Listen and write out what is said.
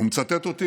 הוא מצטט אותי.